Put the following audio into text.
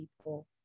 people